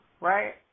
Right